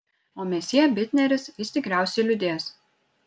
o mesjė bitneris jis tikriausiai liūdės